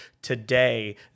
Today